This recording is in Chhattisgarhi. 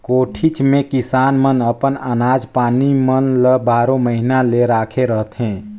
कोठीच मे किसान मन अपन अनाज पानी मन ल बारो महिना ले राखे रहथे